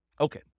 Okay